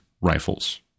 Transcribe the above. rifles